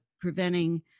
preventing